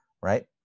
right